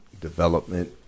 development